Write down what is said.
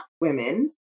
women